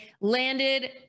landed